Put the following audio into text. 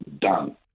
done